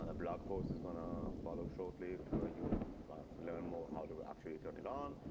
ah block forces. gonna follow shortly where you will learn more how to actually turn it on.